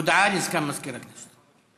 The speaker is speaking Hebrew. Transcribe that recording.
הודעה לסגן מזכירת הכנסת.